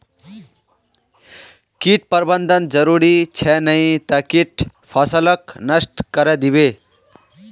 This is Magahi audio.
कीट प्रबंधन जरूरी छ नई त कीट फसलक नष्ट करे दीबे